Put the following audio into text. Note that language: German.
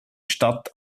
stadt